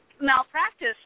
malpractice